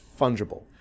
fungible